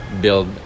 build